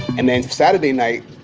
and then saturday night,